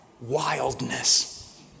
wildness